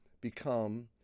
become